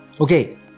Okay